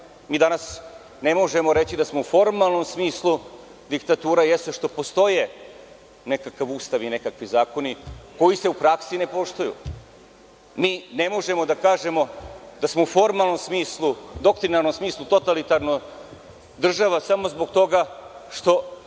mi danas ne možemo reći da smo, u formalnom smislu, diktatura jeste što postoji nekakav Ustav i nekakvi zakoni koji se u praksi ne poštuju. Mi ne možemo da kažemo da smo u formalnom smislu, doktrinarnom smislu, totalitarno država samo zbog toga što